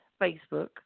Facebook